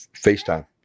FaceTime